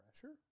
pressure